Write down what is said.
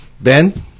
Ben